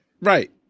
Right